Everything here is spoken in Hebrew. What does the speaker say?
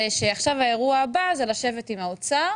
שהאירוע הבא הוא לשבת עם האוצר